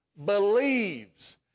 believes